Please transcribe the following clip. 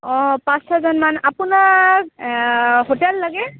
অঁ পাঁচ ছজন মান আপোনাক হোটেল লাগে